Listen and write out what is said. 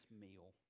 meal